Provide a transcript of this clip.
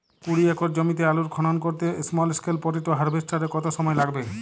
কুড়ি একর জমিতে আলুর খনন করতে স্মল স্কেল পটেটো হারভেস্টারের কত সময় লাগবে?